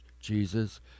Jesus